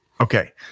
Okay